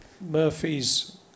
Murphy's